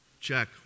Check